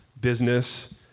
Business